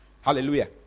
Hallelujah